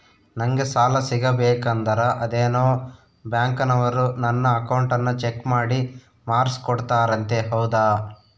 ನಂಗೆ ಸಾಲ ಸಿಗಬೇಕಂದರ ಅದೇನೋ ಬ್ಯಾಂಕನವರು ನನ್ನ ಅಕೌಂಟನ್ನ ಚೆಕ್ ಮಾಡಿ ಮಾರ್ಕ್ಸ್ ಕೊಡ್ತಾರಂತೆ ಹೌದಾ?